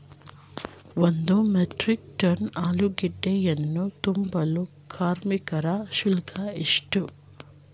ಒಂದು metric ton ಆಲೂಗೆಡ್ಡೆಯನ್ನು ತುಂಬಲು ಕಾರ್ಮಿಕರ ಶುಲ್ಕ ಎಷ್ಟು?